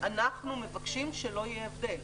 מבקשים שלא יהיה הבדל,